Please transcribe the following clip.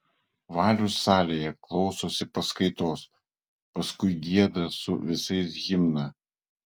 valius salėje klausosi paskaitos paskui gieda su visais himną